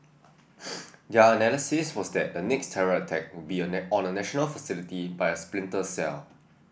their analysis was that the next terror attack would be on a national facility by a splinter cell